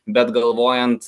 bet galvojant